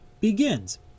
begins